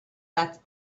that